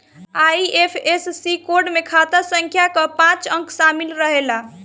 IFSC code में खाता संख्या कअ पांच अंक शामिल रहेला